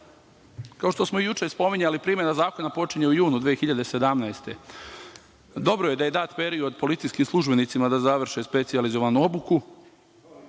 živ. Kao što smo i juče spominjali primena zakona počinje u junu 2017. godine. Dobro je da je dat period policijskim službenicima da završe specijalizovanu obuku.